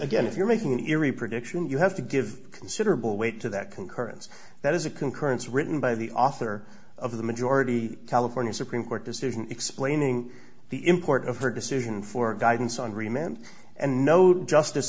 again if you're making an eerie prediction you have to give considered wait to that concurrence that is a concurrence written by the author of the majority california supreme court decision explaining the import of her decision for guidance on remand and node justice